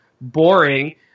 boring